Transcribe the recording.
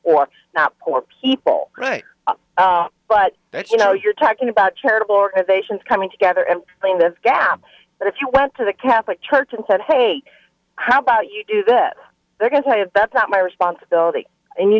or not poor people right but you know you're talking about charitable organizations coming together and kind of gab but if you went to the catholic church and said hey how about you do that they're going to have that's not my responsibility and you